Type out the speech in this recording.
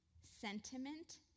sentiment